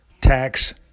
Tax